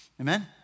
Amen